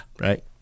Right